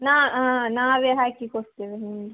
ನಾ ನಾವೇ ಹಾಕಿ ಕೊಡ್ತೇವೆ ನಿಮಗೆ